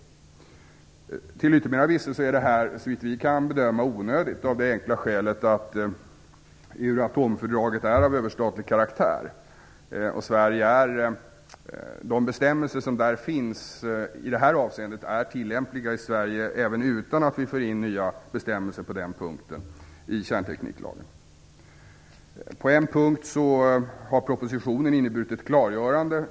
Till yttermera visso är detta såvitt vi kan bedöma onödigt, av det enkla skälet att Euratomfördraget är av överstatlig karaktär. De bestämmelser som där finns i det här avseendet är tillämpliga i Sverige även utan att vi för in nya bestämmelser på den punkten i kärntekniklagen. På en punkt har propositionen inneburit ett klargörande.